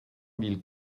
mille